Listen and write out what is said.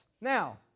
Now